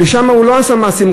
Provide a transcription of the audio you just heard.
ושם הוא לא עשה מעשים,